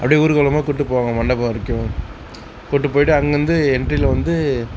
அப்படியே ஊர்கோலமாக கூட்டிகிட்டு போவாங்க மண்டபம் வரைக்கும் கூட்டி போயிட்டு அங்கே வந்து எண்ட்ரீயில் வந்து